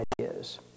ideas